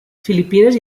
filipines